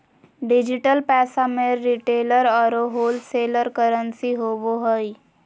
digital पैसा में retailer औरो होलसेलर करंसी होवो हइ